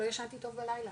לא ישנתי טוב בלילה,